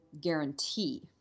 guarantee